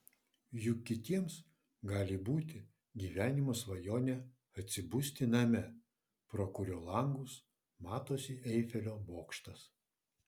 juk kitiems gali būti gyvenimo svajonė atsibusti name pro kurio langus matosi eifelio bokštas